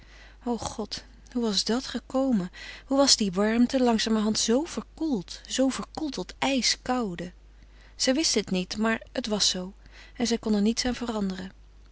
o god hoe was dat gekomen hoe was die warmte langzamerhand zoo verkoeld zoo verkoeld tot ijskoude zij wist het niet maar het was zoo en zij kon er niets aan veranderen